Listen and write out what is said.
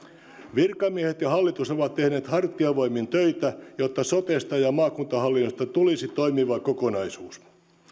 virkamiehet ja hallitus ovat tehneet hartiavoimin töitä jotta sotesta ja maakuntahallinnosta tulisi toimiva kokonaisuus